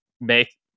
make